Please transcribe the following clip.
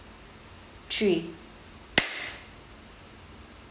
three